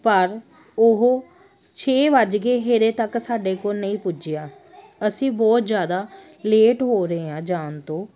ਪਰ ਉਹ ਛੇ ਵੱਜ ਗਏ ਹਜੇ ਤੱਕ ਸਾਡੇ ਕੋਲ ਨਹੀਂ ਪੁੱਜਿਆ ਅਸੀਂ ਬਹੁਤ ਜ਼ਿਆਦਾ ਲੇਟ ਹੋ ਰਹੇ ਹਾਂ ਜਾਣ ਤੋਂ